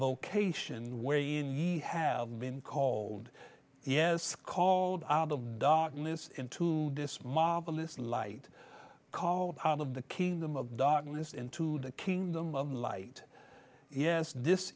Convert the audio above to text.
you have been called yes called out of darkness into this marvelous light called out of the kingdom of darkness into the kingdom of light yes this